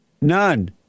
None